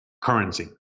currency